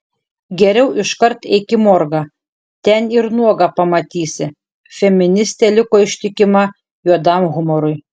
geriau iškart eik į morgą ten ir nuogą pamatysi feministė liko ištikima juodam humorui